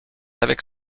avec